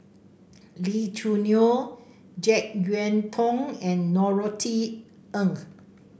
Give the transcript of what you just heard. Lee Choo Neo JeK Yeun Thong and Norothy Ng